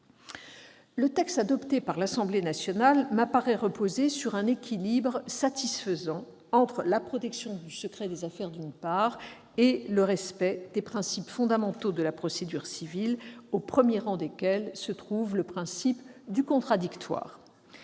Le texte adopté par l'Assemblée nationale me paraît reposer sur un équilibre satisfaisant entre, d'une part, la protection du secret des affaires et, d'autre part, le respect des principes fondamentaux de la procédure civile, au premier rang desquels se trouve le principe du contradictoire.